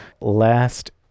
last